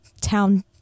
town